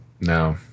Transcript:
no